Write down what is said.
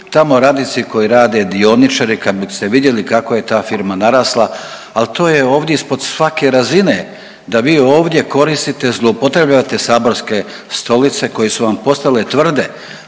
tamo radnici koji rade dioničari, kad biste vidjeli kako je ta firma narasla, al to je ovdje ispod svake razine da vi ovdje koristite i zloupotrebljavate saborske stolice koje su vam postale tvrde,